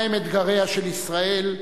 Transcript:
מהם אתגריה של ישראל,